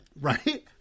right